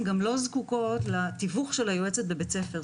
זקוקות לתיווך של היועצת בבית הספר.